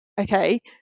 okay